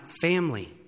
family